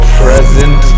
present